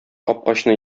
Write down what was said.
капкачны